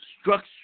structure